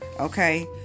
okay